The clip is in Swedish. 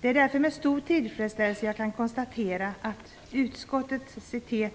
Det är därför med stor tillfredsställelse jag kan konstatera vad utskottet skriver: